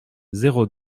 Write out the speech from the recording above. zéro